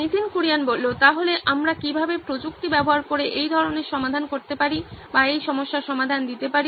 নীতিন কুরিয়ান তাহলে আমরা কিভাবে প্রযুক্তি ব্যবহার করে এই ধরনের সমাধান করতে পারি বা এই সমস্যার সমাধান দিতে পারি